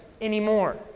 anymore